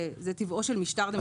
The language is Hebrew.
זה טבעו של משטר דמוקרטי.